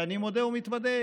אני מודה ומתוודה,